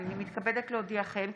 הינני מתכבדת להודיעכם,